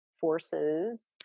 forces